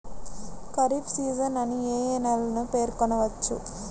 Kharif season అని ఏ ఏ నెలలను పేర్కొనవచ్చు?